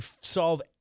solve